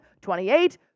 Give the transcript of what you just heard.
28